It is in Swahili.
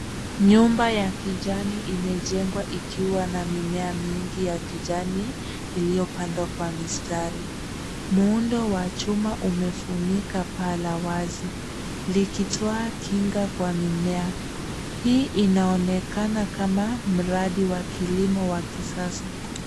Nyumba ya kijani imejengwa ikiwa na mimea mingi ya kijani, iliyopandwa kwa mistari. Muundo wa chuma umefunika paa la wazi, likitoa Kinga kwa mimea. Hii inaonekana kama mradi wa kilimo wa kisasa.